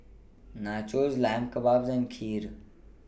Nachos Lamb Kebabs and Kheer